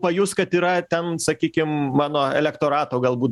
pajus kad yra ten sakykim mano elektorato galbūt